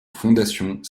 fondations